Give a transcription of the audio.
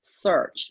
search